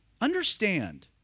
Understand